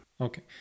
Okay